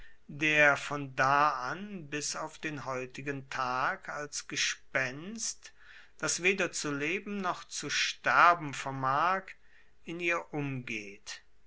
der von da an bis auf den heutigen tag als gespenst das weder zu leben noch zu sterben vermag in ihr umgeht